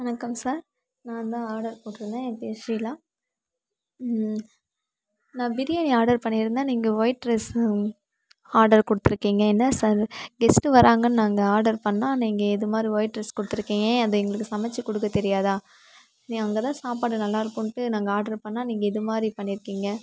வணக்கம் சார் நான் தான் ஆடர் போட்டிருந்தேன் என் பேர் ஷீலா நான் பிரியாணி ஆடர் பண்ணியிருந்தேன் நீங்கள் ஒயிட் ரைஸும் ஆடர் கொடுத்திருக்கிங்க என்ன சார் கெஸ்ட்டு வராங்கன்னு நாங்கள் ஆடர் பண்ணால் நீங்கள் இது மாதிரி ஒயிட் ரைஸ் கொடுத்திருக்கிங்க அது எங்களுக்கு சமைச்சி கொடுக்க தெரியாதா அங்கே தான் சாப்பாடு நல்லா இருக்கும்ட்டு நாங்கள் ஆட்ரு பண்ணால் நீங்கள் இது மாதிரி பண்ணியிருக்கிங்க